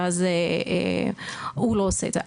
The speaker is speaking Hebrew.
אז הוא לא עושה את זה.